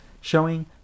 showing